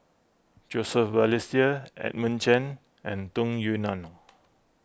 Joseph Balestier Edmund Chen and Tung Yue Nang